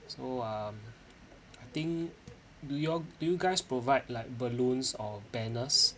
so um I think do you all do you guys provide like balloons or banners